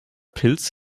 pilz